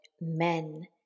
men